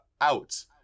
out